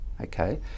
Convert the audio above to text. okay